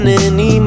anymore